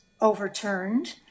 overturned